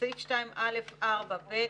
בסעיף 2(א)(4)(ב),